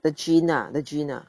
the gene ah the gene ah